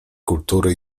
kultury